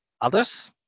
others